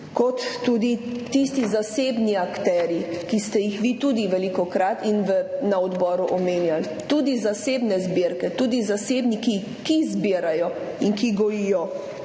kot tudi tisti zasebni akterji, ki ste jih vi tudi velikokrat in na odboru omenjali, tudi zasebne zbirke, tudi zasebniki, ki zbirajo in ki gojijo